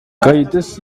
kayitesi